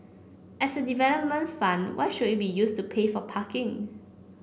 as a development fund why should it be used to pay for parking